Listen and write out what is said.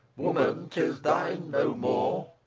woman, tis thine no more!